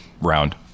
Round